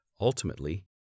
ultimately